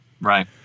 Right